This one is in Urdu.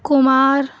کمار